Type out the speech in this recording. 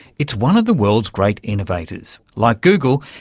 it's one of the world's great innovators. like google,